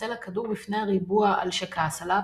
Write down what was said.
מתנצל הכדור בפני הריבוע על שכעס עליו,